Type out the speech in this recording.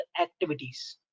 activities